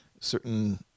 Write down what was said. certain